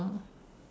ah